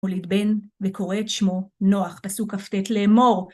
הולד בן וקורא את שמו נוח, פסוק כ' ט' לאמור.